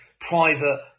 private